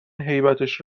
هیبتش